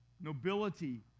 nobility